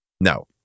No